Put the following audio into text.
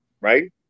right